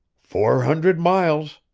four hundred miles,